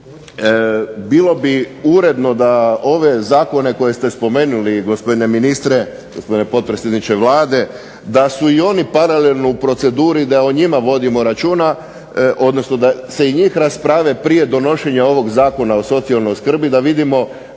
bilo bi uredno da ove zakone koje ste spomenuli gospodine ministre, gospodine potpredsjedniče Vlade, da su i oni paralelno u proceduri da o njima vodimo računa, odnosno da se i njih raspravi prije donošenja ovog Zakona o socijalnoj skrbi da vidimo